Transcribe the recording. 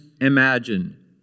Imagine